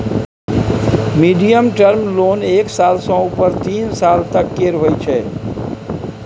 medium term loan एक साल सँ उपर तीन सालक तक केर होइ छै